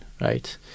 right